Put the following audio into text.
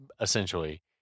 essentially